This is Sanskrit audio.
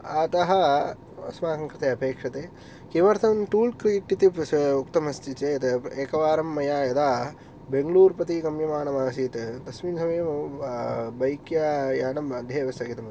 अतः अस्माकं कृते अपेक्षते किमर्थं टूल् किट् इति प्रस उक्तम् अस्ति चेत् एकवारं मया यदा बेङ्लूर् प्रति गम्यमानम् आसीत् तस्मिन् समये मम बैक् यानम् मध्ये एव स्थगितम् अस्ति